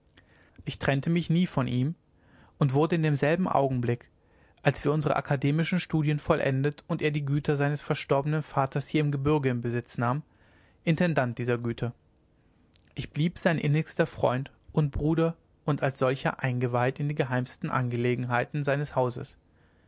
ich trennte mich nie von ihm und wurde in demselben augenblick als wir unsere akademischen studien vollendet und er die güter seines verstorbenen vaters hier im gebürge in besitz nahm intendant dieser güter ich blieb sein innigster freund und bruder und als solcher eingeweiht in die geheimsten angelegenheiten seines hauses